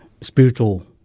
Spiritual